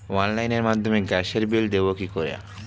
অনলাইনের মাধ্যমে গ্যাসের বিল দেবো কি করে?